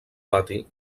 pati